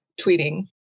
tweeting